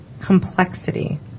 complexity